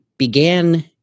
began